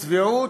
הזוועה.